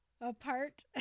Apart